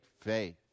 faith